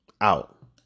out